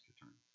returns